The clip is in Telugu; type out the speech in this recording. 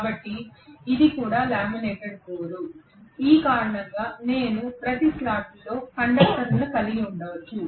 కాబట్టి ఇది కూడా లామినేటెడ్ కోర్ ఈ కారణంగా నేను ఈ ప్రతి స్లాట్లో కండక్టర్లను కలిగి ఉండవచ్చు